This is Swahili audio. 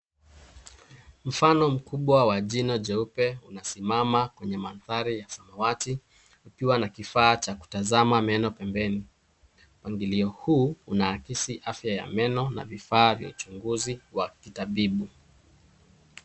Mfano mkubwa wa jino jeupe unasimama kwenye mandhari ya samawati ukiwa na kifaa cha kutazama meno pembeni. Mpangilio huu unaakisi afya ya meno na vifaa vya uchunguzi wa kitabibu.